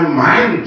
mind